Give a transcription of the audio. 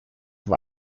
war